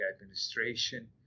Administration